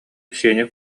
сеня